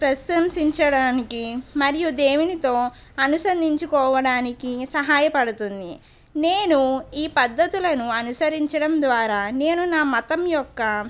ప్రశంసిచడానికి మరియు దేవునితో అనుసందించుకోవడానికి ఇది సహాయపడుతుంది నేను ఈ పద్ధతులను అనుసరించడం ద్వారా నేను నా మతం యొక్క